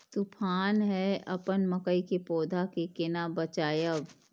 तुफान है अपन मकई के पौधा के केना बचायब?